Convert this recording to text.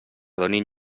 donin